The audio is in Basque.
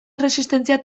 erresistentzia